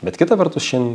bet kita vertus šin